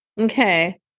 Okay